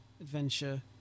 adventure